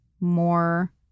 more